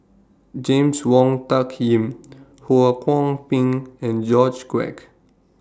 James Wong Tuck Yim Ho Kwon Ping and George Quek